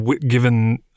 given